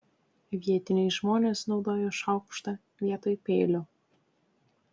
vietiniai žmonės naudoja šaukštą vietoj peilio